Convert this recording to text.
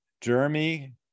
Jeremy